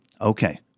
okay